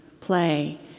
play